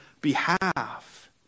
behalf